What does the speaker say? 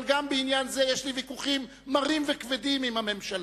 אבל גם בעניין זה יש לי ויכוחים מרים וכבדים עם הממשלה,